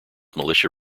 militia